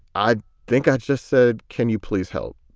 i think i just said. can you please help?